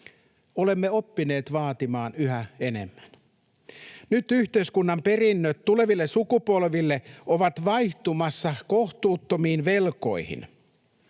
Olemme oppineet vaatimaan yhä enemmän. Nyt yhteiskunnan perinnöt tuleville sukupolville ovat vaihtumassa kohtuuttomiin velkoihin.